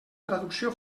traducció